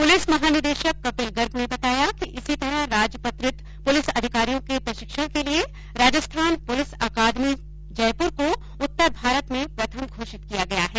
police महानिदेशक कपिल गर्ग ने बताया कि इसी तरह राजपत्रित पुलिस अधिकारियों के प्रशिक्षण के लिए राजस्थान पुलिस अकादमी जयपुर को उत्तर भारत में प्रथम घोषित किया गया है